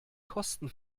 kosten